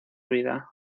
vida